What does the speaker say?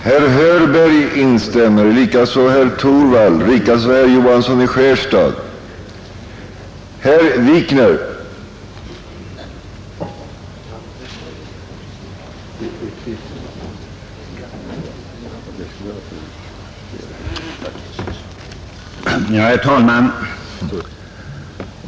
Herr talman!